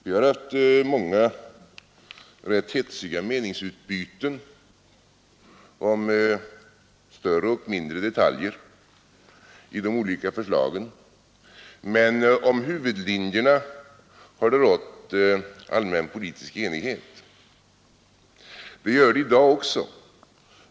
Vi har haft många rätt hetsiga meningsutbyten om större och mindre detaljer i de olika förslagen, men om huvudlinjerna har det rått allmän politisk enighet. Det gör det i dag också.